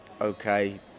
okay